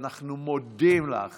אנחנו מודים לך